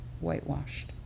whitewashed